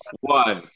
one